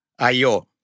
ayo